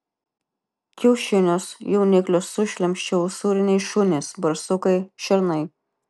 kiaušinius jauniklius sušlemščia usūriniai šunys barsukai šernai